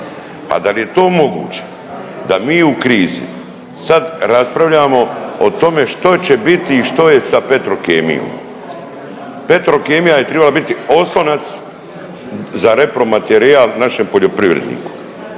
A da li je to moguće da mi u krizi sad raspravljamo o tome što će biti i što je sa Petrokemijom. Petrokemija je trebala biti oslonac za repromaterijal našem poljoprivredniku